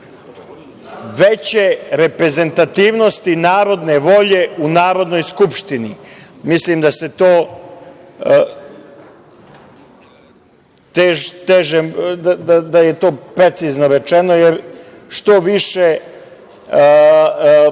veće reprezentativnosti narodne volje u Narodnoj skupštini. Mislim da je to precizno rečeno, jer što manje